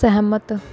ਸਹਿਮਤ